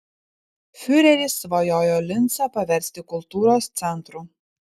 fiureris svajojo lincą paversti kultūros centru